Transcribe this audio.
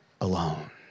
alone